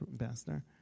ambassador